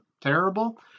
terrible